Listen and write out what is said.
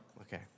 okay